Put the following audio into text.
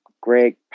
Greg